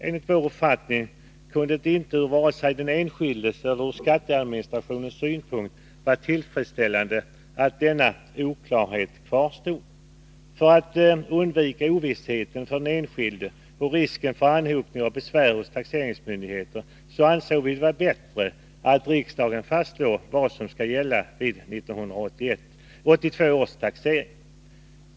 Enligt vår uppfattning kunde det inte ur vare sig den enskildes eller ur skatteadministrationens synpunkt vara tillfredsställande att denna oklarhet kvarstod. För att undvika ovissheten för den enskilde och risken för anhopning av besvär hos taxeringsmyndigheterna anser vi det bättre att riksdagen fastslår vad som skall gälla vid 1982 års taxering.